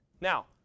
Now